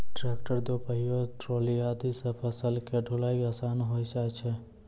tractor, दो पहिया trolley आदि सॅ फसल के ढुलाई आसान होय जाय छै